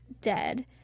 dead